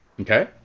Okay